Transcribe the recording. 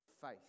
faith